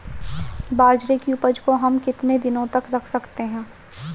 बाजरे की उपज को हम कितने दिनों तक रख सकते हैं?